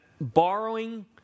borrowing